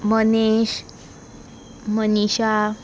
Manish Manisha